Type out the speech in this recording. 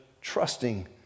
trusting